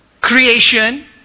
creation